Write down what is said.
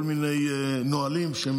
כל מיני נהלים לא רלוונטיים.